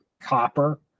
copper